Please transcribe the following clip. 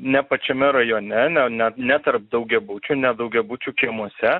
ne pačiame rajone ne ne tarp daugiabučių ne daugiabučių kiemuose